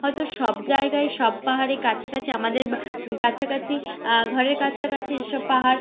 হয়তো সব জায়গায় সব পাহাড়ে কাছাকাছি আমাদের কাছাকাছি ঘরের কাছাকাছি যেসব পাহাড়